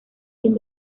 sin